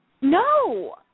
No